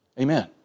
Amen